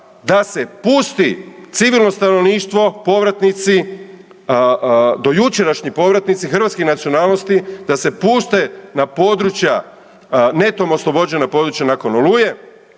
da se pusti civilno stanovništvo povratnici, dojučerašnji povratnici hrvatske nacionalnosti da se puste na područja netom oslobođena područja nakon Oluje